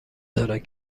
دارد